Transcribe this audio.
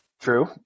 True